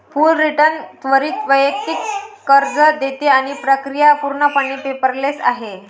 Fullerton त्वरित वैयक्तिक कर्ज देते आणि प्रक्रिया पूर्णपणे पेपरलेस आहे